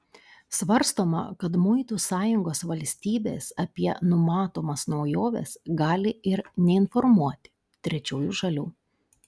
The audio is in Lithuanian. svarstoma kad muitų sąjungos valstybės apie numatomas naujoves gali ir neinformuoti trečiųjų šalių